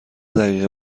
دقیقه